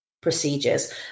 procedures